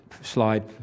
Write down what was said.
slide